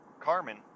Carmen